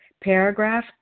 paragraph